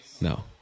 no